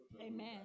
Amen